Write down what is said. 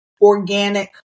organic